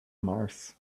mars